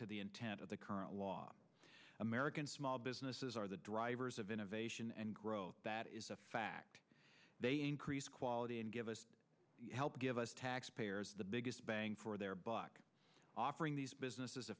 to the intent of the current law american small businesses are the drivers of innovation and growth that is a fact they increase quality and give us help give us taxpayers the biggest bang for their buck offering these businesses a